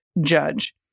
Judge